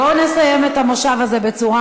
בואו נסיים את הכנס הזה בצורה